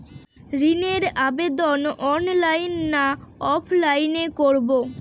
ঋণের আবেদন অনলাইন না অফলাইনে করব?